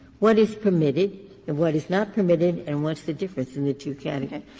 what is permitted and what is not permitted and what's the difference in the two categories?